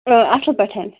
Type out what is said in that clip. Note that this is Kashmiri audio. ٲں اصٕل پٲٹھۍ